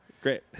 Great